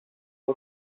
σου